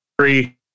three